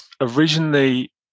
originally